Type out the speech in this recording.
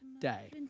day